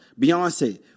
Beyonce